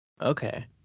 Okay